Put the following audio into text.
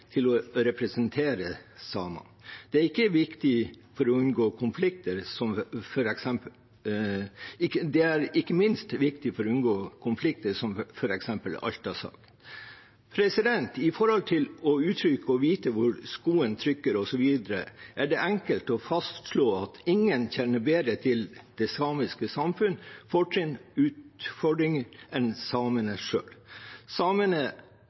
til å representere samene. Det er ikke minst viktig for å unngå konflikter, som f.eks. Alta-saken. Med uttrykk som å vite hvor skoen trykker, osv., er det enkelt å fastslå at ingen kjenner bedre til det samiske samfunnets fortinn og utfordringer enn samene selv. Samene har de beste forutsetninger for å prioritere bruken av virkemidler og effektive tiltak. Det riktige, naturlige og hensiktsmessige er